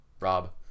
rob